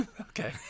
Okay